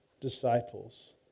disciples